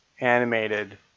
animated